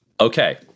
Okay